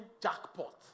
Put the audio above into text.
jackpot